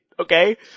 okay